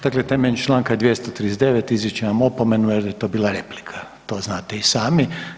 Dakle, temeljem čl. 239. izričem vam opomenu jer je to bila replika, to znate i sami.